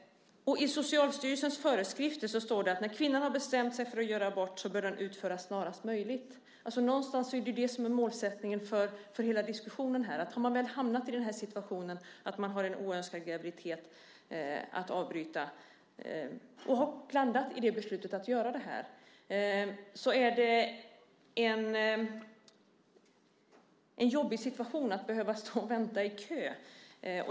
I Socialstyrelsens föreskrifter står det att när kvinnan har bestämt sig för att göra abort bör den utföras snarast möjligt. Det är ju detta som är målsättningen för hela diskussionen. Har man väl hamnat i situationen att man har beslutat att avbryta en oönskad graviditet är det jobbigt att behöva vänta i kö.